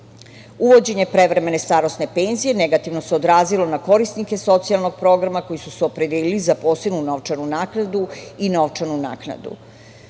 penala. Uvođenje prevremene starosne penzije negativno se odrazilo na korisnike socijalnog programa koji su se opredelili za posebnu novčanu naknadu i novčanu naknadu.